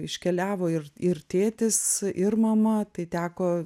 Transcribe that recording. iškeliavo ir ir tėtis ir mama tai teko